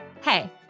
Hey